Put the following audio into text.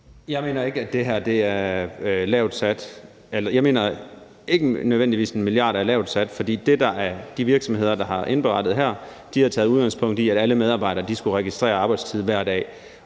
Christoffer Aagaard Melson (V): Jeg mener ikke nødvendigvis, at 1 mia. kr. er lavt sat, for de virksomheder, der har indberettet her, har taget udgangspunkt i, at alle medarbejdere skulle registrere arbejdstiden hver dag.